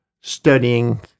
studying